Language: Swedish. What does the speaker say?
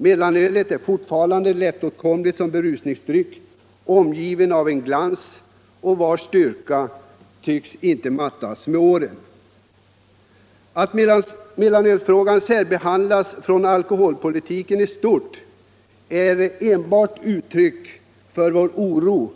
Mellanölet är fortfarande en lättåtkomlig berusningsdryck, omgiven av en glans vars styrka inte tycks ha mattats med åren. Att mellanölsfrågan särbehandlas från alkoholpolitiken i stort är enbart ett uttryck för vår oro